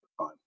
time